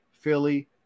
philly